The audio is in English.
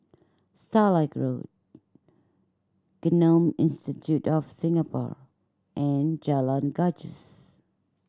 Starlight Road Genome Institute of Singapore and Jalan Gajus